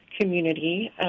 community